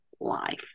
life